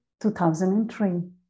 2003